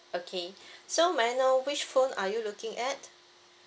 okay so may I know which phone are you looking at